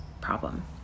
problem